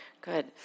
Good